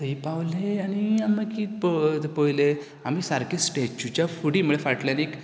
आनी थंय पावले आनी आमी मागीर पय पयलें आमी सारके स्टेचुच्या फुडी म्हळ्यार फाटल्यान एक